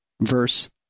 verse